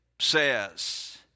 says